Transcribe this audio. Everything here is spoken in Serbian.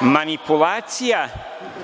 Manipulacija